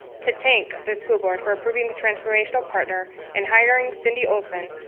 to thank the school board for approving the transformational partner, and hiring cindy olsen,